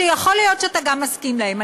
שיכול להיות שאתה גם מסכים להם,